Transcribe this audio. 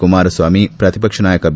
ಕುಮಾರಸ್ವಾಮಿ ಪ್ರತಿಪಕ್ಷ ನಾಯಕ ಬಿ